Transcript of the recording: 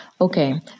Okay